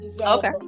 Okay